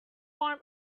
farm